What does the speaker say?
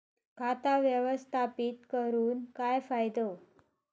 खाता व्यवस्थापित करून काय फायदो?